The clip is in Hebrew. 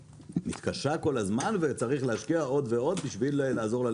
מתקשה כל הזמן וצריך להשקיע עוד ועוד בשביל לעזור לה להתמודד.